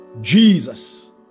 Jesus